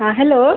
हाँ हेलो